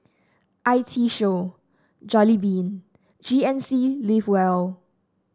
I T Show Jollibean G N C Live Well